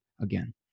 again